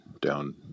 down